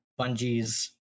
Bungie's